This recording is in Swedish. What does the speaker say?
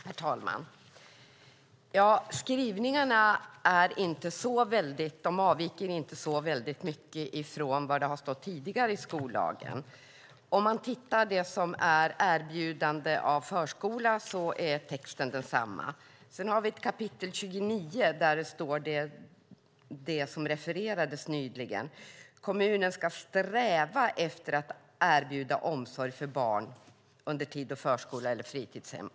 Herr talman! Skrivningarna avviker inte så mycket från det som tidigare har stått i skollagen. När det gäller erbjudande av förskola är texten densamma. I kap. 25 står det som nyligen refererades: "Kommunen ska sträva efter att" alltså sträva efter - "att erbjuda omsorg för barn under tid då förskola eller fritidshem ."